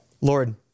Lord